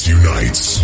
unites